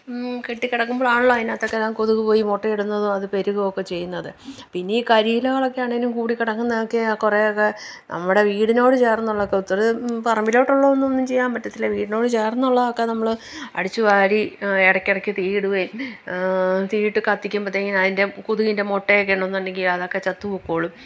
കെട്ടി കിടക്കുമ്പളാണല്ലോ അതിനകത്തൊക്കെ കൊതുക് പോയി മുട്ട ഇടുന്നതും അത് പെരുകുകയും ഒക്കെ ചെയ്യുന്നത് പിന്നെ ഈ കരിയിലകളൊക്കെ ആണേലും കൂടി കിടക്കുന്നതൊക്കെ കുറേയൊക്കെ നമ്മുടെ വീടിനോട് ചേര്ന്നുള്ളതൊക്കെ ഒത്തിരി പറമ്പിലോട്ടുള്ളതൊന്നും ഒന്നും ചെയ്യാൻ പറ്റത്തില്ല വീടിനോട് ചേര്ന്നുള്ളതൊക്കെ നമ്മള് അടിച്ച് വാരി ഇടയ്ക്കിടയ്ക്ക് തീ ഇടുകയും തീയിട്ട് കത്തിക്കുമ്പത്തേക്കിന് അതിന്റെ കൊതുകിന്റെ മുട്ടയൊക്കെ ഉണ്ടെന്നുണ്ടെങ്കിൽ അതൊക്കെ ചത്ത് പൊക്കോളും